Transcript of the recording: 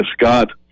Scott